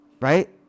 right